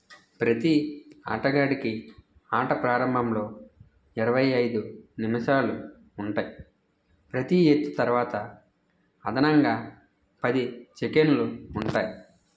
ప్రతి ఆటగాడికి ఆట ప్రారంభంలో ఇరవై ఐదు నిమిషాలు ఉంటాయి ప్రతి ఎత్తు తరువాత అదనంగా పది సెకన్లు ఉంటాయి